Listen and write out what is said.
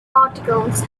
articles